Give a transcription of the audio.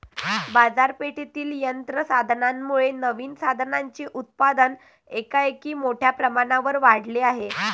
बाजारपेठेतील यंत्र साधनांमुळे नवीन साधनांचे उत्पादन एकाएकी मोठ्या प्रमाणावर वाढले आहे